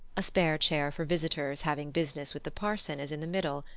a spare chair for visitors having business with the parson is in the middle,